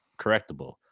correctable